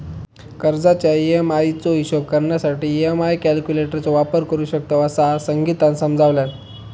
कर्जाच्या ई.एम्.आई चो हिशोब करण्यासाठी ई.एम्.आई कॅल्क्युलेटर चो वापर करू शकतव, असा संगीतानं समजावल्यान